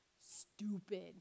stupid